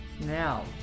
Now